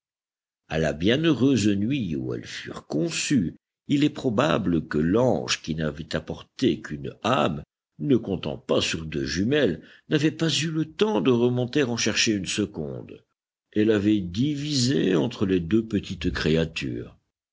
à la bienheureuse nuit où elles furent conçues il est probable que l'ange qui n'avait apporté qu'une âme ne comptant pas sur deux jumelles n'avait pas eu le temps de remonter en chercher une seconde et l'avait divisée entre les deux petites créatures